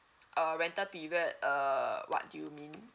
uh rental period err what do you mean